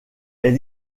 est